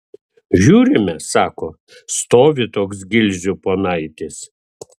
žiūrime sako stovi toks gilzių ponaitis